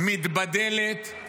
מתבדלת,